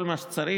כל מה שצריך,